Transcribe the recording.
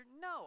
No